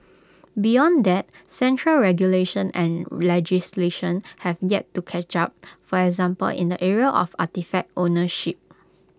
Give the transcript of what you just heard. beyond that central regulation and legislation have yet to catch up for example in the area of artefact ownership